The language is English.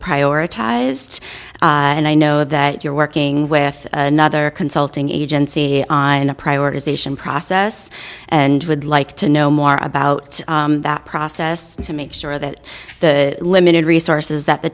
prioritized and i know that you're working with another consulting agency on a prioritization process and would like to know more about that process to make sure that the limited resources that the